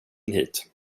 hit